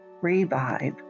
revive